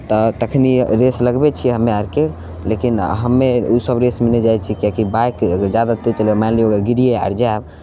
तऽ तखनी रेस लगबैत छियै हमे आरके लेकिन हमे ओसब रेसमे नहि जाइत छियै किआकि बाइक जादा तेज चलैब आ मानि लिअ गिरिए आर जाएब